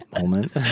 moment